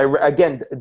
Again